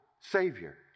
Savior